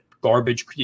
garbage